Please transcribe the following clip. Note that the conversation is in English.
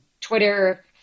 Twitter